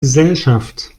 gesellschaft